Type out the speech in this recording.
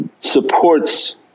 supports